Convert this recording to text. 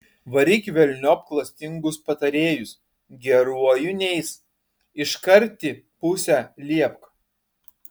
varyk velniop klastingus patarėjus geruoju neis iškarti pusę liepk